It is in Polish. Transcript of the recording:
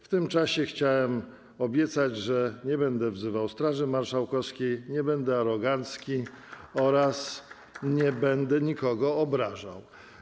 W tym czasie, chciałem obiecać, nie będę wzywał Straży Marszałkowskiej, nie będę arogancki, nie będę nikogo obrażał.